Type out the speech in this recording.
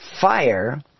fire